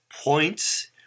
points